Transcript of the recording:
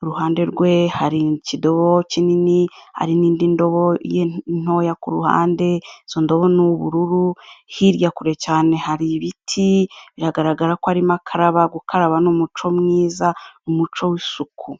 iruhande rwe hari ikidobo kinini, hari n'indi ndobo ye ntoya ku ruhande, izo ndobo ni ubururu, hirya kure cyane hari ibiti, biragaragara ko arimo akaraba, gukaraba ni umuco mwiza, umuco w'isuku.